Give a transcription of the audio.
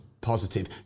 positive